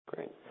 Great